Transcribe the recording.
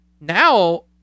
Now